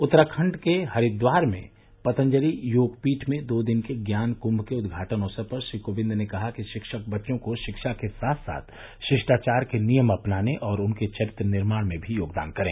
उत्तराखंड के हरिद्वार में पातंजलि योगपीठ में दो दिन के ज्ञान कुंभ के उद्घाटन अवसर पर श्री कोविंद ने कहा कि शिक्षक बच्चों को शिक्षा के साथ साथ रिष्टाचार के नियम अपनाने और उनके चरित्र निर्माण में भी योगदान करें